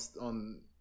on